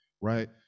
right